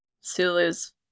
Sulu's